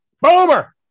boomer